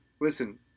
listen